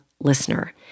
listener